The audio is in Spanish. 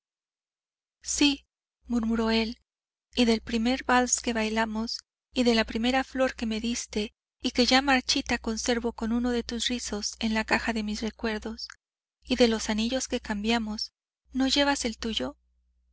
sí murmuró él y del primer vals que bailamos y de la primera flor que me diste y que ya marchita conservo con uno de tus rizos en la caja de mis recuerdos y de los anillos que cambiamos no llevas el tuyo